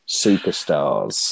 superstars